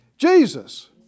Jesus